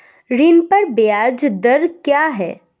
ऋण पर ब्याज दर क्या है?